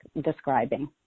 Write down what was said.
describing